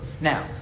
Now